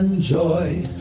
joy